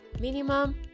minimum